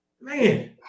Man